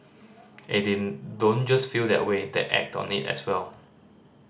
and they don't just feel that way they act on it as well